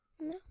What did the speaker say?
No